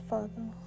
Father